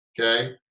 okay